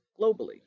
globally